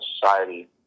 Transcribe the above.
society